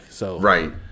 Right